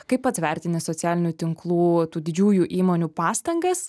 kaip pats vertini socialinių tinklų tų didžiųjų įmonių pastangas